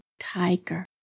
Tiger